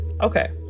Okay